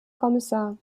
kommissar